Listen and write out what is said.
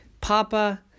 Papa